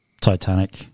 Titanic